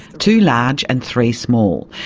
too large and three small.